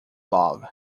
love